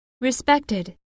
Respected